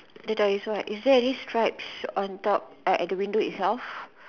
the door is what is there any stripes on top at the window itself